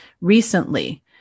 recently